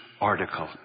article